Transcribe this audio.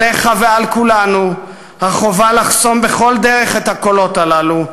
עליך ועל כולנו החובה לחסום בכל דרך את הקולות הללו,